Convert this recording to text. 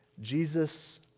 Jesus